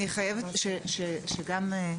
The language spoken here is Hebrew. מה שמך?